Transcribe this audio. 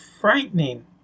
frightening